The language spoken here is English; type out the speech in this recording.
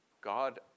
God